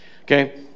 Okay